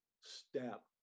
step